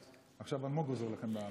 עכשיו אלמוג עוזר לכם עם הפיליבסטר.